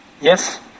Yes